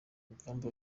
rugamba